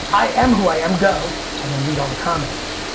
i am who i am go and then read all the comments